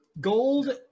Gold